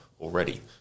already